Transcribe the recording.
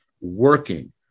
working